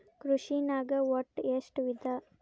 ಕೃಷಿನಾಗ್ ಒಟ್ಟ ಎಷ್ಟ ವಿಧ?